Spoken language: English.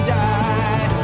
die